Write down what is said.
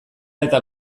eta